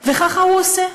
וככה הוא עושה.